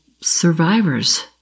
survivors